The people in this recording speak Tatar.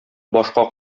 башка